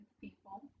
people